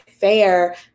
fair